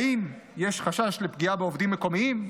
האם יש חשש לפגיעה בעובדים מקומיים?